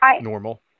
normal